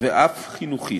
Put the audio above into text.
ואף חינוכית.